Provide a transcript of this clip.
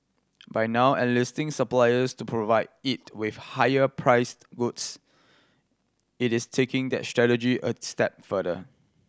by now enlisting suppliers to provide it with higher priced goods it is taking that strategy a step further